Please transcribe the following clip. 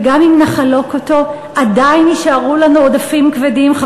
וגם אם נחלוק אותו עדיין יישארו לנו עודפים כבדים,